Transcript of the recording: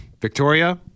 Victoria